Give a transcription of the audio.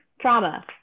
trauma